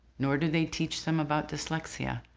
nor do they teach them about dyslexia.